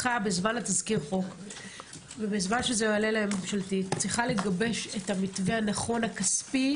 ובזמן שזה עולה לממשלתית הרווחה צריכה לגבש את המתווה הכספי